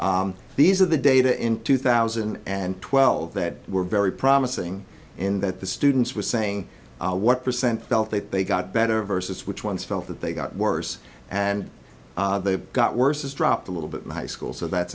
these are the data in two thousand and twelve that were very promising in that the students were saying what percent felt that they got better versus which ones felt that they got worse and they got worse has dropped a little bit high school so that's